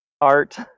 art